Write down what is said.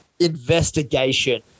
investigation